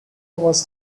was